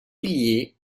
piliers